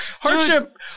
Hardship